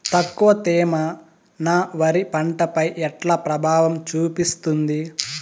తక్కువ తేమ నా వరి పంట పై ఎట్లా ప్రభావం చూపిస్తుంది?